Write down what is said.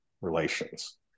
relations